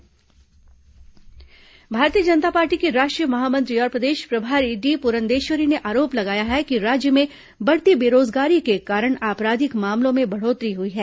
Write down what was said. भाजपा बैठक भारतीय जनता पार्टी की राष्ट्रीय महामंत्री और प्रदेश प्रभारी डी पुरंदेश्वरी ने आरोप लगाया है कि राज्य में बढ़ती बेरोजगारी के कारण आपराधिक मामलों में बढ़ोत्तरी हुई है